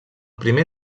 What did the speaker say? primer